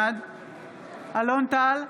בעד אלון טל,